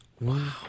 Wow